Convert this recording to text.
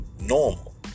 normal